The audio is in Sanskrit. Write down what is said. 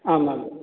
आमाम्